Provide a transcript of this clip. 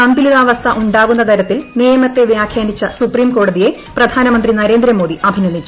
സന്തുലിതാവസ്ഥ ഉണ്ടാകുന്ന തരത്തിൽ നിയമത്തെ വ്യാഖ്യാനിച്ച സുപ്പ്രീം കോടതിയെ പ്രധാനമന്ത്രി നരേന്ദ്രമോദി അഭ്ദീന്നിച്ചു